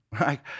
Right